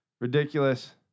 Ridiculous